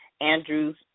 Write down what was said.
Andrews